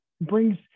brings